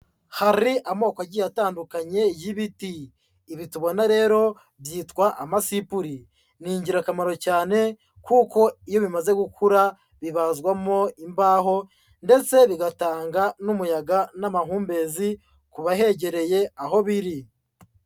Hari amoko agiye atandukanye y'ibiti. Ibi tubona rero byitwa "Amasipuri". Ni ingirakamaro cyane kuko iyo bimaze gukura bibazwamo imbaho ndetse bigatanga n'umuyaga n'amahumbezi ku bahegereye aho biri.